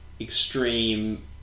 extreme